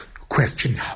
question